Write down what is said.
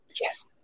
Yes